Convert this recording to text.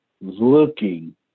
looking